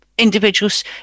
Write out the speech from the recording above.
individuals